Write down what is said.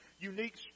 unique